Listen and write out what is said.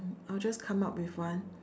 I will just come up with one